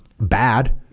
bad